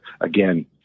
again